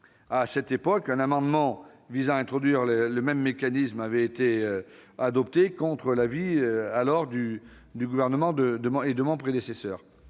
lecture. Un amendement visant à introduire le même mécanisme avait alors été adopté, contre l'avis du Gouvernement et de mon prédécesseur.